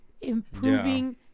improving